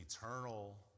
eternal